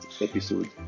episode